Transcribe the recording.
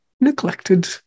neglected